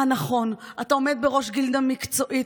אה, נכון, אתה עומד בראש גילדה מקצועית.